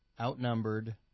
outnumbered